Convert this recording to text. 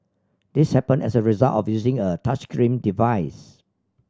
this happened as a result of using a touchscreen device